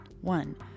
one